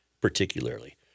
particularly